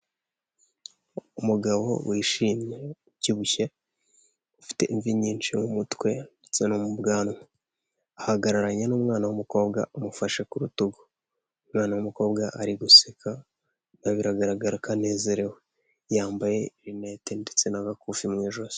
Umugabo wishimye ubyibushye, ufite imvi nyinshi mu mutwe ndetse no mu bwanwa, ahagararanye n'umwana w'umukobwa umufashe ku rutugu, umwana w'umukobwa ari guseka biragaragara ko anezerewe, yambaye rinete ndetse n'agakufi mu ijosi.